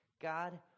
god